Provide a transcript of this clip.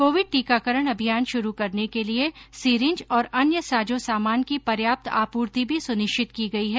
Covid टीकाकरण अभियान शुरू करने के लिए सीरिंज और अन्य साजो सामान की पर्याप्त आपूर्ति भी सुनिश्चित की गई है